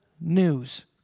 news